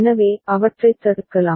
எனவே அவற்றைத் தடுக்கலாம்